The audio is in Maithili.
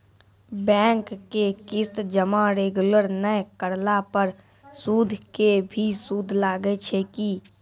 बैंक के किस्त जमा रेगुलर नै करला पर सुद के भी सुद लागै छै कि?